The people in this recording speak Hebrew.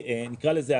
נקרא לזה,